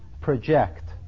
project